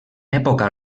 època